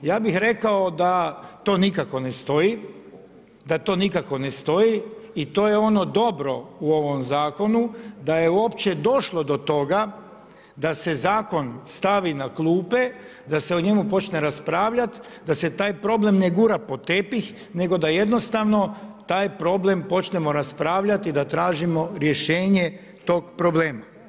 Ja bih rekao da to nikako ne stoji i to je ono dobro u ovom Zakonu da je uopće došlo do toga da se zakon stavi na klupe, da se o njemu počne raspravljati, da se taj problem ne gura pod tepih nego da jednostavno taj problem počnemo raspravljati da tražimo rješenje tog problema.